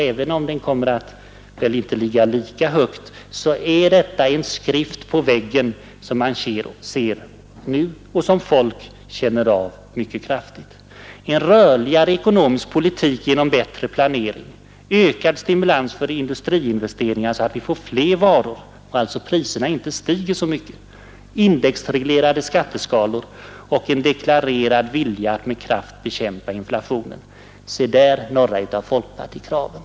Även om den inte kommer att ligga lika högt i fortsättningen, är inflationsfaran en skrift på väggen som vi ser nu och som folk känner av mycket kraftigt. Rörligare ekonomisk politik genom bättre planering, ökad stimulans för industriinvesteringar, så att vi får fler varor och alltså priserna inte stiger så mycket, indexreglerade skatteskalor och en deklarerad vilja att med kraft bekämpa inflationen — se där några av folkpartikraven!